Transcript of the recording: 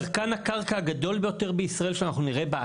צרכן הקרקע הגדול ביותר שאנחנו נראה בישראל,